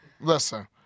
Listen